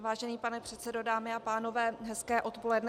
Vážený pane předsedo, dámy a pánové, hezké odpoledne.